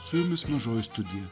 su jumis mažoji studija